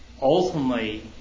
Ultimately